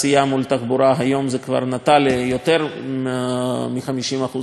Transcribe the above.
והיום זה כבר נוטה ליותר מ-50% לטובת התחבורה,